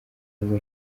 ngo